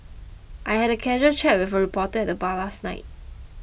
I had a casual chat with a reporter at the bar last night